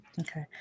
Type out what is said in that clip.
Okay